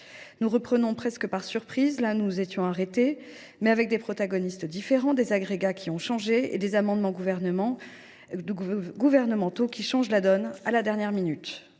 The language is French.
nos travaux presque par surprise, là où nous nous étions arrêtés, mais avec des protagonistes différents, des agrégats qui ont changé et des amendements gouvernementaux qui changent la donne à la dernière minute.